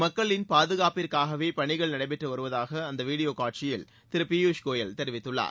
மக்களின் பாதுகாப்பிற்காகவே பணிகள் நடைபெற்று வருவதாக அந்த வீடியோ காட்சியில் திரு பியூஸ் கோயல் தெரிவித்துள்ளார்